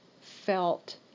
felt